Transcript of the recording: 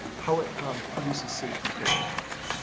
how it produces safety for you.